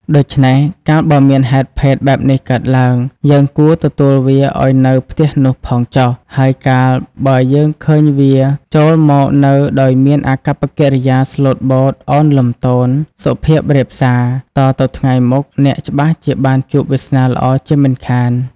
ដូច្នេះកាលបើមានហេតុភេទបែបនេះកើតឡើង យើងគួរទទួលវាឱ្យនៅផ្ទះនោះផងចុះ ហើយកាលបើឃើញវាចូលមកនៅដោយមានអាកប្បកិរិយាស្លូតបូត ឱនលំទោន សុភាពរាបសា តទៅថ្ងៃមុខអ្នកច្បាស់ជាបានជួបវាសនាល្អជាមិនខាន។